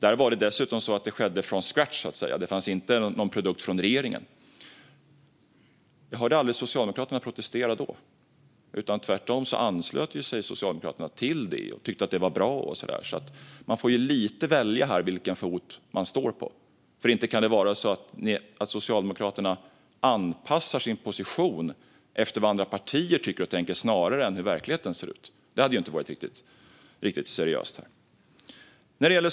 Det skedde dessutom från scratch, för det fanns ingen produkt från regeringen. Jag hörde aldrig Socialdemokraterna protestera då, utan tvärtom anslöt sig Socialdemokraterna och tyckte att det var bra. Man får alltså lite välja vilken fot man står på. Det kan väl inte vara så att Socialdemokraterna anpassar sin position efter vad andra partier tycker och tänker snarare än efter hur verkligheten ser ut, för det hade inte varit riktigt seriöst.